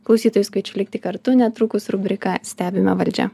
klausytojus kviečiu likti kartu netrukus rubrika stebime valdžią